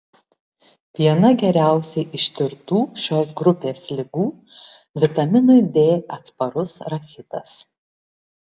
viena geriausiai ištirtų šios grupės ligų vitaminui d atsparus rachitas